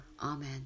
Amen